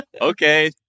Okay